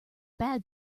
bad